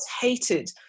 hated